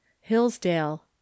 Hillsdale